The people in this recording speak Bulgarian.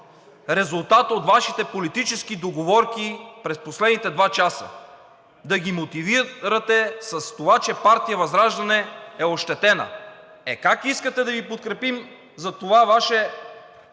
резултата от Вашите политически договорки през последните два часа. Да ги мотивирате с това, че партия ВЪЗРАЖДАНЕ е ощетена?! Е как искате да Ви подкрепим за това Ваше